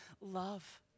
love